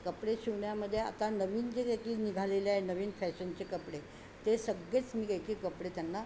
कपडे शिवण्यामध्ये आता नवीन जे काय की निघालेले आहे नवीन फॅशनचे कपडे ते सगळेच मी एकेक कपडे त्यांना